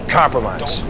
compromise